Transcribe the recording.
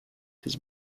his